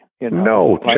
No